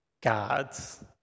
God's